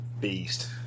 beast